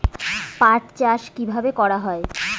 পাট চাষ কীভাবে করা হয়?